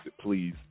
Please